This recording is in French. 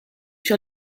sur